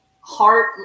heart